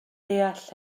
deall